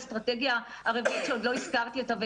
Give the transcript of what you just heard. האסטרטגיה הרביעית שעוד לא הזכרתי אותה,